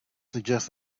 suggest